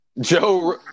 joe